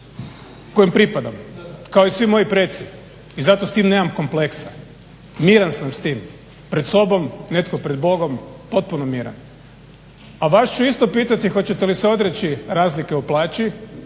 kojem pripadam kao i svi moji preci i zato s tim nemam kompleksa, miran sam s tim pred sobom, netko pred Bogom, potpuno miran. A vas ću isto pitati hoćete li se odreći razlike u plaći